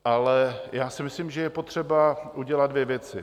Ale já si myslím, že je potřeba udělat dvě věci.